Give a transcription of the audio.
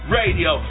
radio